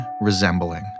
resembling